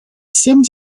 sims